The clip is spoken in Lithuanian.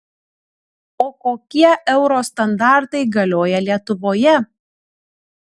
o kokie euro standartai galioja lietuvoje